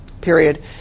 period